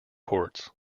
ports